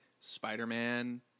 Spider-Man